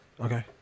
Okay